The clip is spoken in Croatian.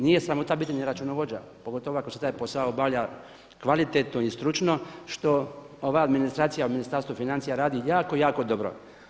Nije samo u pitanju taj računovođa pogotovo ako se taj posao obavlja kvalitetno i stručno što ova administracija u Ministarstvu financija radi jako, jako dobro.